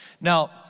Now